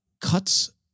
cuts